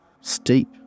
steep